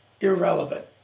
irrelevant